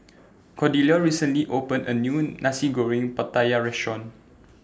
Cordelia recently opened A New Nasi Goreng Pattaya Restaurant